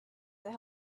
that